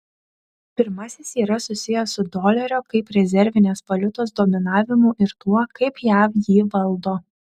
pirmasis yra susijęs su dolerio kaip rezervinės valiutos dominavimu ir tuo kaip jav jį valdo